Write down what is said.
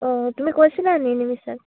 অঁ তুমি কৈছিলা নি নিমিচাক